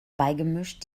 beigemischt